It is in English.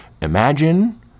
imagine